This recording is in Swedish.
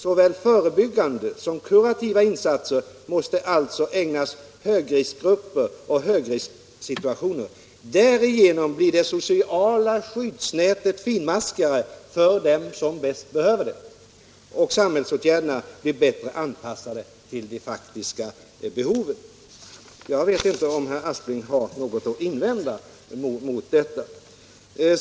Såväl förebyggande som kurativa insatser måste alltså ägnas högriskgrupper och högrisksituationer. Därigenom blir det sociala skyddsnätet finmaskigare för dem som bäst behöver det, och samhällsåtgärderna blir bättre anpassade till de faktiska behoven.” Jag vet inte om herr Aspling har något att invända mot detta.